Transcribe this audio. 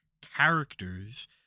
characters